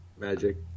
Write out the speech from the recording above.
magic